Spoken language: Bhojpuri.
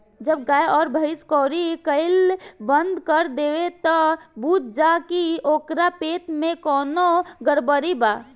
जब गाय अउर भइस कउरी कईल बंद कर देवे त बुझ जा की ओकरा पेट में कवनो गड़बड़ी बा